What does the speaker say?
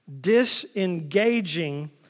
disengaging